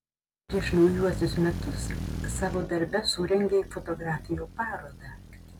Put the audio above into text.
prieš naujuosius metus savo darbe surengei fotografijų parodą